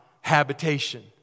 habitation